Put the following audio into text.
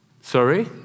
Sorry